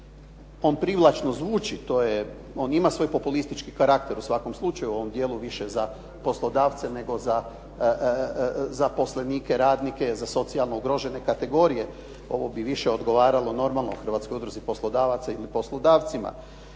on privlačno zvuči, on ima svoj populistički karakter u svakom slučaju u ovom dijelu više za poslodavce, nego za zaposlenike, radnike, za socijalno ugrožene kategorije. Ovo bi više odgovaralo normalno hrvatskoj udruzi poslodavaca ili poslodavcima.